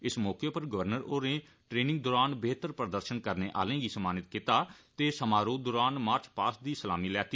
इस मौके पर गवर्नर होरें ट्रैनिंग दौरान बेहतर प्रदर्षन करने आहले गी सम्मानित कीता ते समारोह दौरान मार्च पास्ट दी सलामी लैती